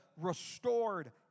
restored